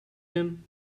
him